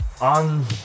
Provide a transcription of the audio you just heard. on